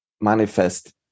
manifest